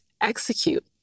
execute